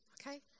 Okay